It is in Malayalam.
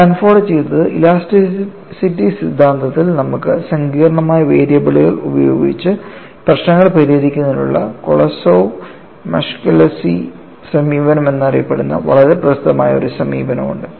സാൻഫോർഡ് ചെയ്തത് ഇലാസ്റ്റിസിറ്റി സിദ്ധാന്തത്തിൽ നമുക്ക് സങ്കീർണ്ണമായ വേരിയബിളുകൾ ഉപയോഗിച്ച് പ്രശ്നങ്ങൾ പരിഹരിക്കുന്നതിനുള്ള കൊളോസോവ് മസ്കെലിഷ്വിലി സമീപനം എന്നറിയപ്പെടുന്ന വളരെ പ്രസിദ്ധമായ ഒരു സമീപനമുണ്ട്